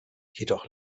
jedoch